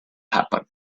happen